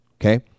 Okay